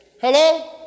Hello